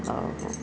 ହଉ ହଉ